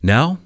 Now